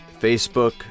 Facebook